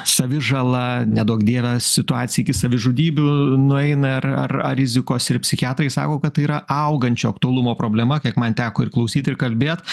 savižalą neduok dieve situaciją iki savižudybių nueina ar ar ar rizikos ir psichiatrai sako kad tai yra augančio aktualumo problema kiek man teko išklausyti ir kalbėt